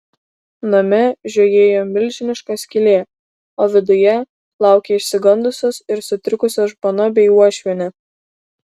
name žiojėjo milžiniška skylė o viduje laukė išsigandusios ir sutrikusios žmona bei uošvienė